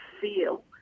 feel